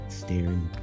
staring